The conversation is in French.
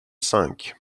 cinq